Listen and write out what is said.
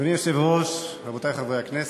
אדוני היושב-ראש, רבותי חברי הכנסת,